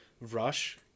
rush